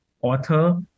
author